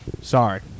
sorry